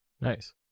Nice